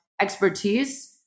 expertise